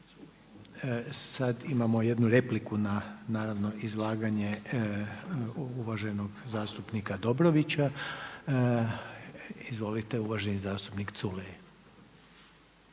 sad imamo jednu repliku na naravno izlaganje, uvaženog zastupnika Dobrovića. Izvolite uvaženi zastupnik Culej.